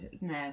no